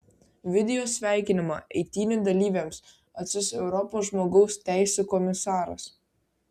video sveikinimą eitynių dalyviams atsiųs europos žmogaus teisių komisaras